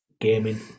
gaming